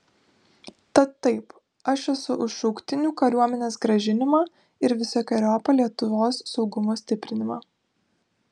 tad taip aš esu už šauktinių kariuomenės grąžinimą ir visokeriopą lietuvos saugumo stiprinimą